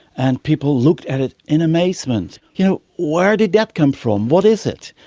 and people looked at it in amazement. you know, where did that come from, what is it?